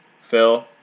Phil